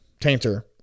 Tainter